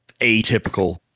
atypical